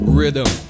Rhythm